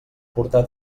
portar